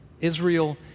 Israel